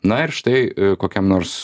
na ir štai kokiam nors